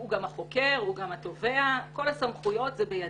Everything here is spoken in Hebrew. הוא גם החוקר, הוא גם התובע, כל הסמכויות בידיו